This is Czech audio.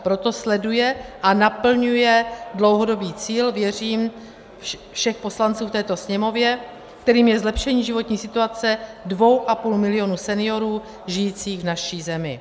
Proto sleduje a naplňuje dlouhodobý cíl, věřím, všech poslanců v této Sněmovně, kterým je zlepšení životní situace dvou a půl milionů seniorů žijících v naší zemi.